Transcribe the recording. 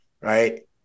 right